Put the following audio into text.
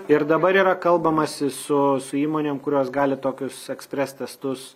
ir dabar yra kalbamasi su su įmonėm kurios gali tokius ekspres testus